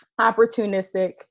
opportunistic